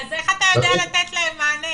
אז איך אתה יודע לתת להם מענה